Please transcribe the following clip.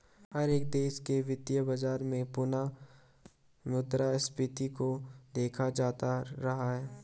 हर एक देश के वित्तीय बाजार में पुनः मुद्रा स्फीती को देखा जाता रहा है